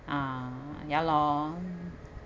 ah ya lor